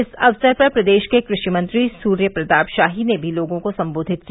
इस अवसर पर प्रदेश के कृषि मंत्री सूर्यप्रताप शाही ने भी लोगों को संबोधित किया